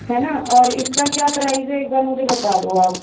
है न और इसका क्या प्राइस है एक बार मुझे बता दो आप